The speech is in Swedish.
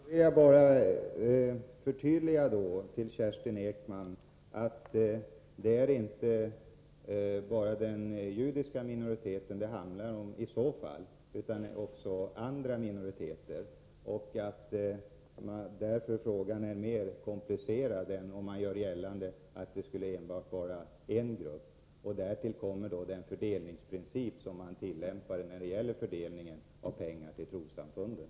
Herr talman! Jag vill förtydliga för Kerstin Ekman att det i så fall inte bara är den judiska minoriteten som det handlar om utan också om andra minoriteter. Frågan är därför mer komplicerad än vad den förefaller om man gör gällande att det bara rör sig om en grupp. Därtill kommer den fördelningsprincip som tillämpas vid fördelningen av pengar till trossamfunden.